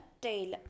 tail